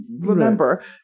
remember